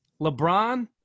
LeBron